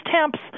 temps